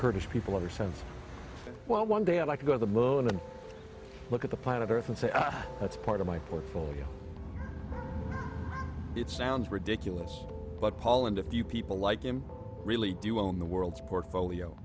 kurdish people are saying well one day i'd like to go to the moon and look at the planet earth and say that's part of my portfolio it sounds ridiculous but paul and a few people like him really do own the world's portfolio